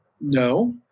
no